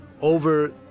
over